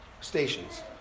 stations